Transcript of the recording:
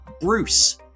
Bruce